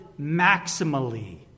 maximally